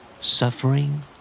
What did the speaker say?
Suffering